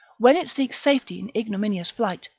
when it seeks safety in ignominious flight,